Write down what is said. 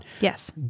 Yes